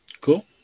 Cool